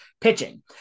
pitching